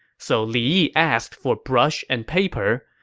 so li yi asked for brush and paper,